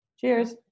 cheers